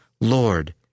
Lord